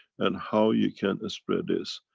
and how you can spread this.